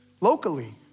locally